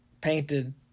painted